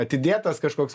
atidėtas kažkoks